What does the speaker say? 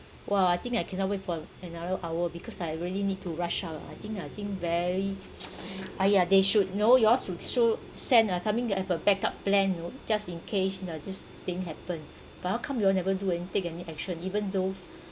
!wah! I think I cannot wait for another hour because I really need to rush out lah I think I think very !aiya! they should know you all should show send uh something have a backup plan you know just in case in a this thing happen but how come you all never do any take any action even though